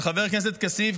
אצל חבר הכנסת כסיף,